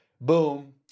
boom